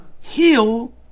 heal